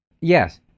yes